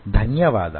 ధన్యవాదాలు